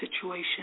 situation